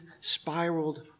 spiraled